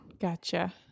gotcha